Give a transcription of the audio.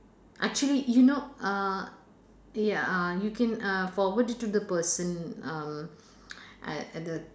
actually you know uh ya uh you can uh forward it to the person um at at the